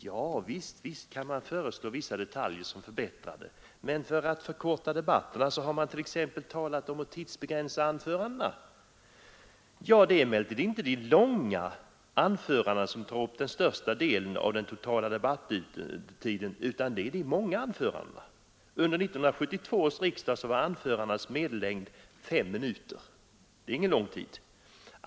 Ja, visst kan man föreslå vissa detaljer som förbättrar förhållandena. För att förkorta debatterna har t.ex. talats om att tidsbegränsa anförandena. Det är emellertid inte de långa anförandena som tar upp den största delen av den totala debattiden utan de många anförandena. Under 1972 års riksdag var anförandenas medellängd fem minuter, vilket inte är någon lång tid.